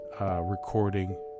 recording